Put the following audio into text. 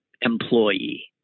employee